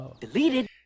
Deleted